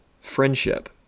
friendship